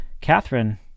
Catherine